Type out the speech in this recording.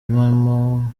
impamo